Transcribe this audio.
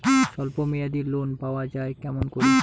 স্বল্প মেয়াদি লোন পাওয়া যায় কেমন করি?